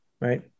Right